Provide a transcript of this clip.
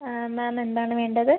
മാം എന്താണ് വേണ്ടത്